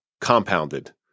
compounded